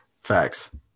Facts